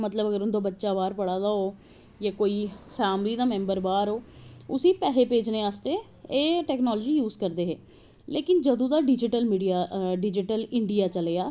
मतलव उंदा बच्चा बाह्र पढ़ दा होग जां कोई फैमली दा मैंबर बाह्र होग उसी पैसे भेजनें आस्तै एह् टैकनॉलजी यूज़ करदे हे लेकिन जदूं दा डिज़िटल इंडिया चलेआ